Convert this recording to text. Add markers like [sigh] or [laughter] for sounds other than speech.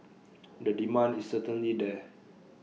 [noise] the demand is certainly there